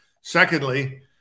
Secondly